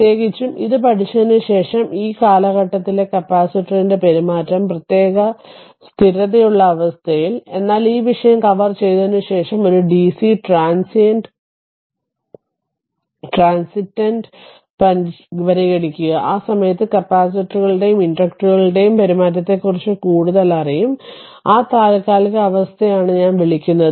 പ്രത്യേകിച്ചും ഇത് പഠിച്ചതിനുശേഷം ആ കാലഘട്ടത്തിലെ കപ്പാസിറ്ററിന്റെ പെരുമാറ്റം പ്രത്യേക സ്ഥിരതയുള്ള അവസ്ഥയിൽ എന്നാൽ ഈ വിഷയം കവർ ചെയ്തതിനുശേഷം ഒരു ഡിസി ട്രാൻസിറ്റന്റ് പരിഗണിക്കുക ആ സമയത്ത് കപ്പാസിറ്ററുടെയും ഇൻഡക്റ്ററുടെയും പെരുമാറ്റത്തെക്കുറിച്ച് കൂടുതൽ അറിയും ആ താൽക്കാലിക അവസ്ഥയെയാണ് ഞാൻ വിളിക്കുന്നത്